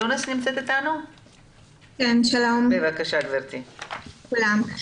שלום לכולם.